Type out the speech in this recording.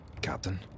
Captain